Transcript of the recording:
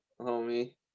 homie